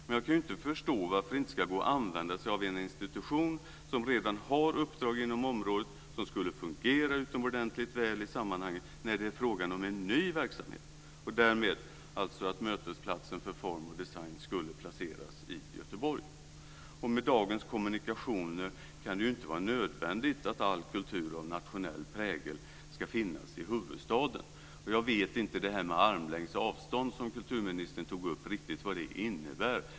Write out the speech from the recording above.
Men jag kan inte förstå varför det inte ska gå att använda sig av en institution som redan har uppdrag inom området och som skulle fungera utomordentligt väl i sammanhanget när det är fråga om en ny verksamhet. Jag anser därmed att mötesplatsen för form och design skulle placeras i Göteborg. Med dagens kommunikationer kan det inte vara nödvändigt att all kultur med nationell prägel ska finnas i huvudstaden. Jag vet inte riktigt vad detta med armlängds avstånd, som kulturministern tog upp, innebär.